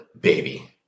baby